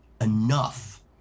enough